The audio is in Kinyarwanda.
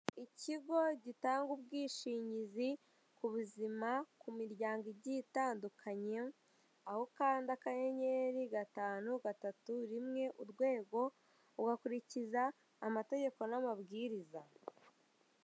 Ikigo gitanga ubwishingizi ku buzima ku miryango igiye itandukanye aho kandi akanyeri gatanu gatatu rimwe urwego ugakurikiza amategeko n'amabwiriza.